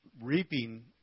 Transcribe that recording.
reaping